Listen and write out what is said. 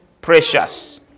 precious